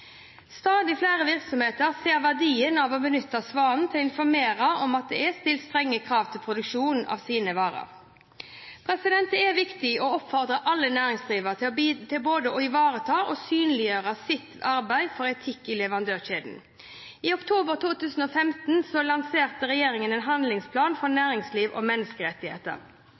Stadig flere virksomheter ser verdien av å benytte Svanen til å informere om at det er stilt strenge krav til produksjonen av sine varer. Det er viktig å oppfordre alle næringsdrivende til både å ivareta og synliggjøre sitt arbeid for etikk i leverandørkjeder. I oktober 2015 lanserte regjeringen en handlingsplan for næringsliv og menneskerettigheter.